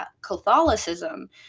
catholicism